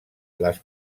les